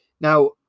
Now